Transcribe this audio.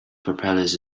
propellers